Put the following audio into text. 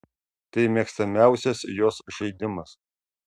tai mėgstamiausias jos žaidimas